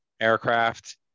aircraft